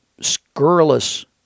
scurrilous